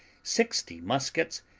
sixty muskets,